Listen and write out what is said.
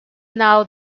now